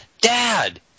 Dad